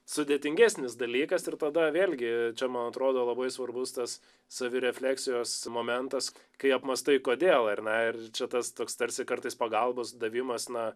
sudėtingesnis dalykas ir tada vėl gi čia man atrodo labai svarbus tas savirefleksijos momentas kai apmąstai kodėl ar na ir čia tas toks tarsi kartais pagalbos davimas na